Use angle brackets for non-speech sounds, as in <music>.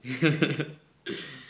<laughs> <breath>